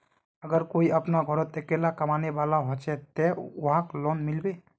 अगर कोई अपना घोरोत अकेला कमाने वाला होचे ते वहाक लोन मिलबे?